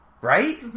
Right